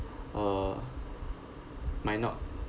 uh might not